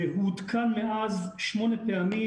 הוא עודכן מאז שמונה פעמים.